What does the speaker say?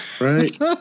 Right